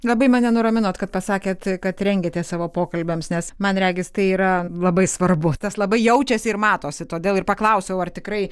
labai mane nuraminot kad pasakėt kad rengiatės savo pokalbiams nes man regis tai yra labai svarbu tas labai jaučiasi ir matosi todėl ir paklausiau ar tikrai